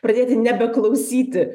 pradėti nebeklausyti